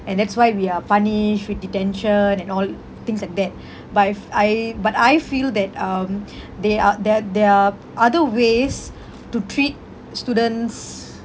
and that's why we are punished with detention and all things like that but if I but I feel that um there are that there are other ways to treat students